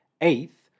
Eighth